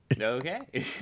Okay